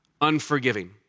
unforgiving